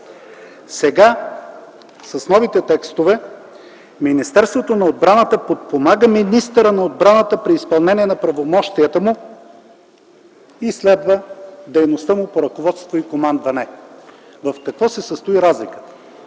Сега с новите текстове Министерството на отбраната подпомага министъра на отбраната при изпълнение на правомощията му и следва дейността му по ръководство и командване. В какво се състои разликата?